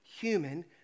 human